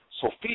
Sophia